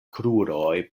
kruroj